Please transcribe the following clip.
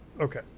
Okay